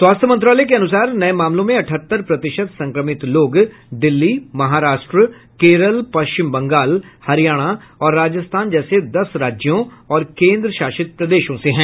स्वास्थ्य मंत्रालय के अनुसार नए मामलों में अठहत्तर प्रतिशत संक्रमित लोग दिल्ली महाराष्ट्र केरल पश्चिम बंगाल हरियाणा और राजस्थान जैसे दस राज्यों और केन्द्रशासित प्रदेशों से हैं